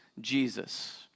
Jesus